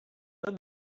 then